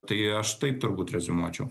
tai aš taip turbūt reziumuočiau